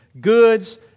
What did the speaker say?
goods